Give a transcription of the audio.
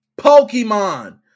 Pokemon